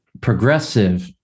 progressive